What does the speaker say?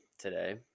today